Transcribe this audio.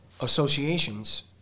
associations